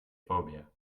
phobia